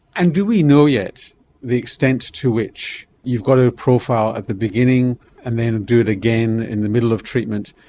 and do we know yet the extent to which you've got to profile at the beginning and then and do it again in the middle of treatment,